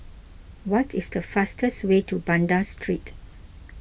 what is the fastest way to Banda Street